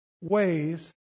ways